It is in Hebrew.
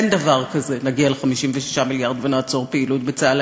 אין דבר כזה נגיע ל-56 מיליארד ונעצור פעילות בצה"ל.